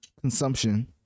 consumption